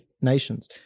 nations